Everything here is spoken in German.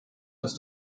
dass